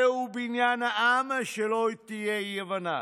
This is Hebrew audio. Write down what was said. זהו בניין העם, שלא תהיה אי-הבנה.